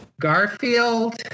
Garfield